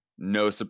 No